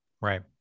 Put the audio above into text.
Right